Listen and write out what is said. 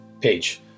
page